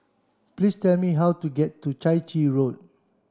please tell me how to get to Chai Chee Road